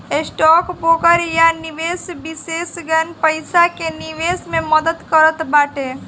stock broker या निवेश विषेशज्ञ पईसा के निवेश मे मदद करत बाटे